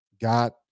got